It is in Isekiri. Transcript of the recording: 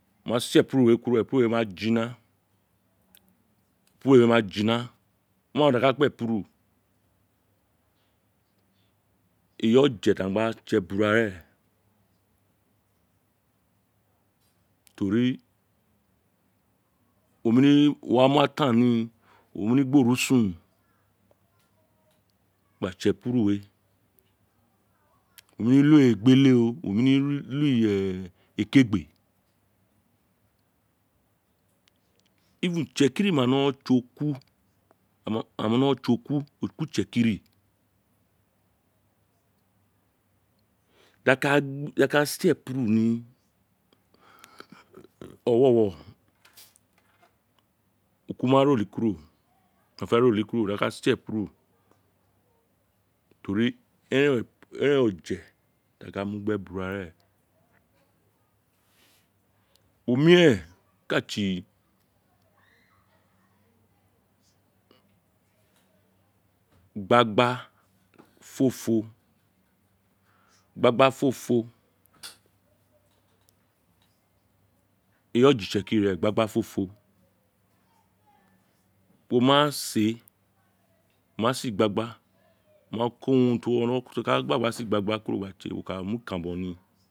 Wo ma se epuru we kuru epuru we ma jina epuru we ma jina wo ma urun ti a kpe wun epuru eyi oje ti a gba tse ebura to ri wo nemi wa mu ataan ni wo nemi gbi orusun gba tse epuru we wo nemi lo egbele oo wo nemi lo ee ekeregbe itsekiri mano tse oku a ma no a ma no tse oku oku itsekiri da ka se epuru ni owowo oku ma fe re oli kuro di a ka se epuru to ri eren oje ti a ka mu gbi ebura ren ubo omiren ka tsi igagbafofo igagbafofo eyi oje itsekiri igagbafofo wo ma se wo ma se igbagba wo ma ko urun dede ti a gba se igbagba kuro wo ka mi ikaran ni